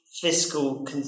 fiscal